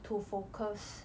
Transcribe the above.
to focus